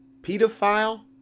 pedophile